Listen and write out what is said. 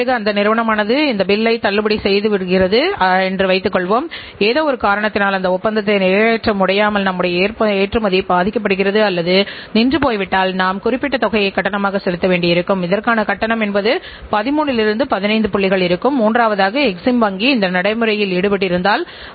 இந்த கலந்துரையாடலின் போது இந்த 45 நுட்பங்களையும் நாம் கற்றுக் கொண்டோம் கடந்த காலங்களில் நாம் கற்றுக்கொண்ட 30 மணிநேர கலந்துரையாடலைப் பற்றிச் சொல்கிறோம் நாம் ஒரு நிர்வாக மேலாண்மை மற்றும் கணக்கியல் பற்றிய அடிப்படை புரிதலுடன் தொடங்கினோம் பின்னர் நாம் செலவு தாள்களுடன் செல்ல ஆரம்பித்தோம்